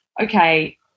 okay